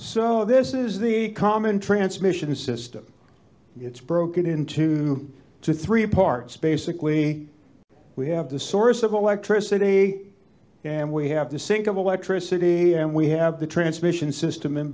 so this is the common transmission system it's broken into two three parts basically we have the source of electricity and we have the sink of electricity and we have the transmission system in